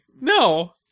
No